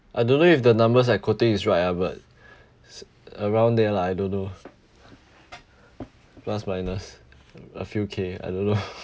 I don't know if the numbers I quoting is right ah but around there lah I don't know plus minus a few K I don't know